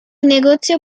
negozio